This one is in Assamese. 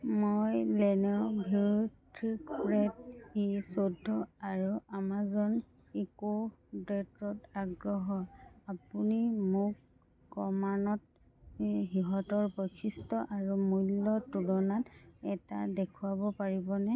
মই লেন'ভ' থিংকপেড ই চৈধ্য আৰু আমাজন ইক' ডটত আগ্ৰহ আপুনি মোক ক্ৰমানত ইহঁতৰ বৈশিষ্ট্য আৰু মূল্যৰ তুলনা এটা দেখুৱাব পাৰিবনে